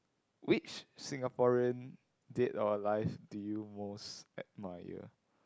which Singaporean dead or alive do you most admire